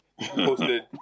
posted